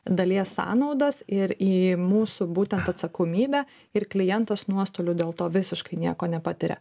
dalies sąnaudas ir į mūsų būtent atsakomybę ir klientas nuostolių dėl to visiškai nieko nepatiria